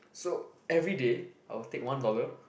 so everyday I'll take one dollar